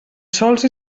sols